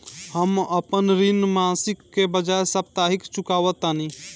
हम अपन ऋण मासिक के बजाय साप्ताहिक चुकावतानी